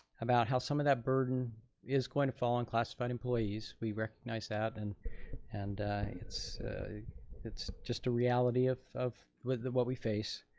about how some of that burden is going to fall on classified employees. we recognize that and and it's it's just a reality of of what we face.